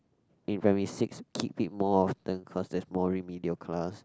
in primary six keep it more often cause there's more remedial class